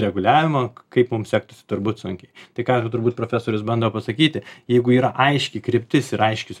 reguliavimo kaip mum sektųsi turbūt sunkiai tai ką ir turbūt profesorius bando pasakyti jeigu yra aiški kryptis ir aiškius